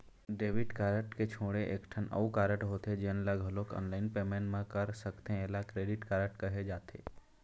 debit card के छोड़े एकठन अउ कारड होथे जेन ल घलोक ऑनलाईन पेमेंट म कर सकथे एला क्रेडिट कारड कहे जाथे